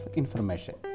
information